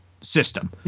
system